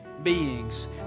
beings